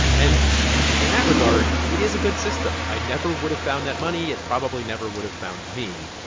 and in that regard, it is a good system. i never would have found that money. it probably never would have found me.